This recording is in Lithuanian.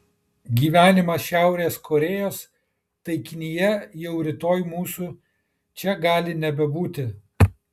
gyvenimas šiaurės korėjos taikinyje jau rytoj mūsų čia gali nebebūti